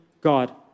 God